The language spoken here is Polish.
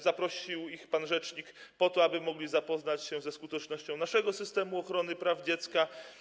Zaprosił ich pan rzecznik po to, aby mogli zapoznać się ze skutecznością naszego systemu ochrony praw dziecka.